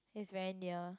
is very near